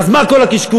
אז מה כל הקשקוש?